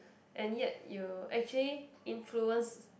and yet you actually influence